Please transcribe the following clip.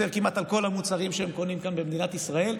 כמעט על כל המוצרים שהם קונים כאן במדינת ישראל.